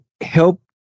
help